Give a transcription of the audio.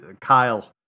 Kyle